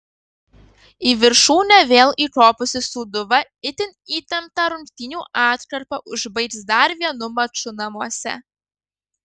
į viršūnę vėl įkopusi sūduva itin įtemptą rungtynių atkarpą užbaigs dar vienu maču namuose